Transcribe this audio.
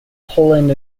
poland